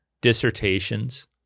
dissertations